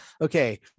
Okay